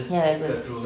ya go ahead